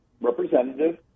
representative